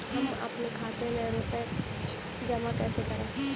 हम अपने खाते में रुपए जमा कैसे करें?